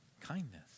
kindness